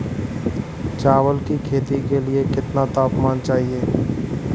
चावल की खेती के लिए कितना तापमान चाहिए?